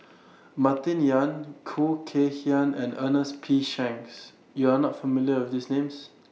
Martin Yan Khoo Kay Hian and Ernest P Shanks YOU Are not familiar with These Names